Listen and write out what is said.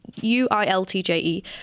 u-i-l-t-j-e